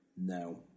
No